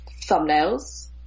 thumbnails